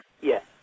Yes